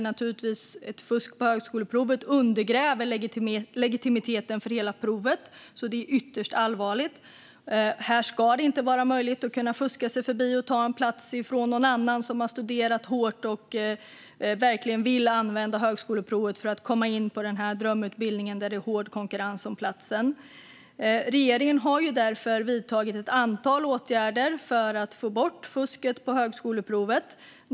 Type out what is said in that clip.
Fusk på högskoleprovet undergräver naturligtvis legitimiteten för hela provet, så det är ytterst allvarligt. Här ska det inte vara möjligt att fuska sig förbi och ta en plats från någon annan, som har studerat hårt och vill använda högskoleprovet för att komma in på en drömutbildning där det är hård konkurrens om platserna. Regeringen har därför vidtagit ett antal åtgärder för att få bort fusket på högskoleprovet.